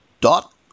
dot